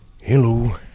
hello